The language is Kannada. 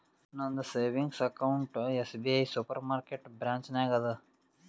ನಂದ savings account SBI super market branch ನಾಗ್ ಅದಾ